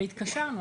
והתקשרנו.